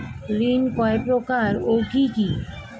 ঋণ কয় প্রকার ও কি কি?